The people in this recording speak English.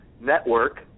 Network